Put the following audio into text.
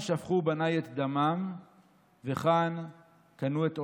"כאן שפכו בניי את דמם וכאן קנו את עולמם,